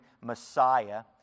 Messiah